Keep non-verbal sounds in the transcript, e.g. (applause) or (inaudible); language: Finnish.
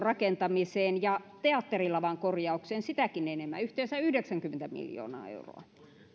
(unintelligible) rakentamiseen ja teatterilavan korjaukseen sitäkin enemmän yhteensä yhdeksänkymmentä miljoonaa euroa